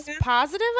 Positive